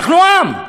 אנחנו עם,